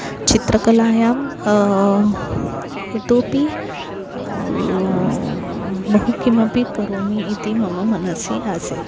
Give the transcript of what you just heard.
चित्रकलायां इतोऽपि बहु किमपि करोमि इति मम मनसि आसीत्